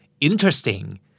interesting